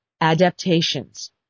adaptations